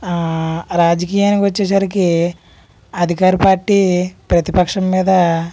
ఆ రాజకీయానికి వచ్చేసరికి అధికార పార్టీ ప్రతిపక్షం మీద